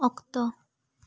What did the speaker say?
ᱚᱠᱛᱚ